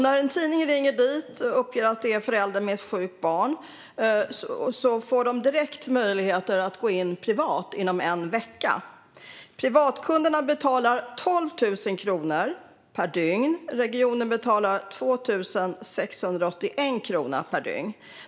När en tidning ringer dit och utger sig för att vara en förälder med ett sjukt barn får de direkt möjlighet att gå in privat - inom en vecka. Privatkunderna betalar 12 000 kronor per dygn, och regionen betalar 2 681 kronor per dygn.